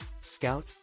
Scout